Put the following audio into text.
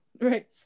Right